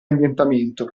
ambientamento